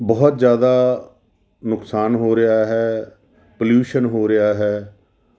ਬਹੁਤ ਜ਼ਿਆਦਾ ਨੁਕਸਾਨ ਹੋ ਰਿਹਾ ਹੈ ਪਲਿਊਸ਼ਨ ਹੋ ਰਿਹਾ ਹੈ